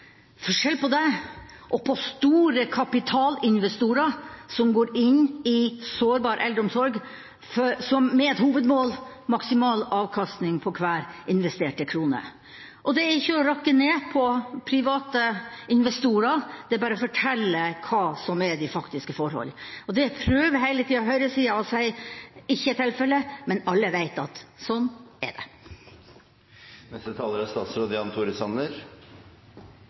og store kapitalinvestorer som går inn i sårbar eldreomsorg med ett hovedmål: maksimal avkastning på hver investerte krone. Det er ikke å rakke ned på private investorer, det bare forteller hva som er de faktiske forhold. Det prøver hele tida høyresida å si at ikke er tilfellet, men alle veit at sånn er